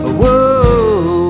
whoa